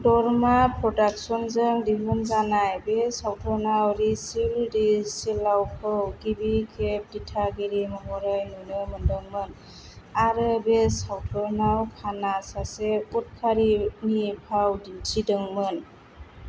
धर्मा प्रडाकसनजों दिहुनजानाय बे सावथुनाव रेसिल डी सिल्वाखौ गिबि खेब दिथागिरि महरै नुनो मोनदोंमोन आरो बे सावथुनाव खानआ सासे उदखारिनि फाव दिनथिदोंमोन